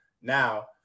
Now